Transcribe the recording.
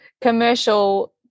commercial